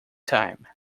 time